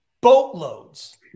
boatloads